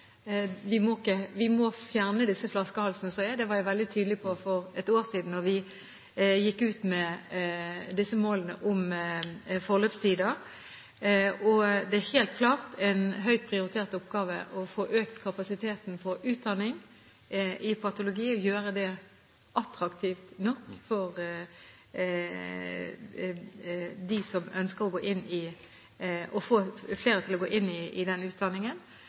Vi må fjerne disse flaskehalsene – det var jeg veldig tydelig på for ett år siden, da vi gikk ut med disse målene om forløpstider. Det er helt klart en høyt prioritert oppgave å få økt kapasiteten på utdanning i patologi og gjøre det attraktivt nok, for å få flere til å gå inn i den utdanningen og fjerne de flaskehalsene som er, særlig for å